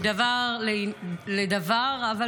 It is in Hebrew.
מדבר לדבר, אבל